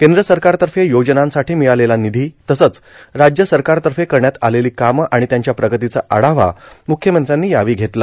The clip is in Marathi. कद्र सरकारतफ योजनांसाठी मिळालेला निधी तसंच राज्य सरकारतफ करण्यात आलेलो कामं आर्गण त्याच्या प्रगतीचा आढावा मुख्यमंत्र्यांनी यावेळी घेतला